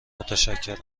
متشکرم